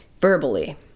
verbally